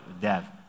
death